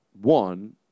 one